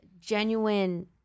genuine